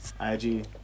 IG